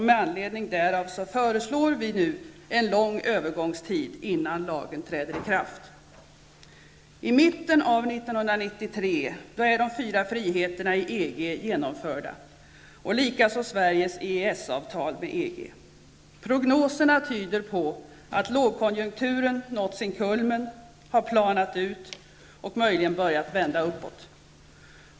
Med anledning därav föreslår vi en lång övergångstid innan lagen träder i kraft. I mitten på 1993 är de fyra friheterna i EG genomförda och likaså Sveriges EES-avtal med EG. Prognoserna tyder på att lågkonjunkturen då har nått sin kulmen, planat ut och möjligen börjat vända uppåt.